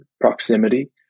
proximity